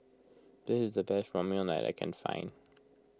this is the best Ramyeon that I can find